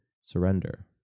surrender